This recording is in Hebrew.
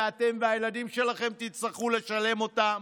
ואתם והילדים שלכם תצטרכו לשלם אותם.